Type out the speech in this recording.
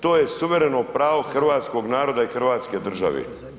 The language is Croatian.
To je suvereno pravo hrvatskog naroda i Hrvatske države.